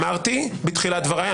אמרתי בתחילת דבריי,